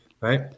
Right